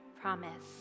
promise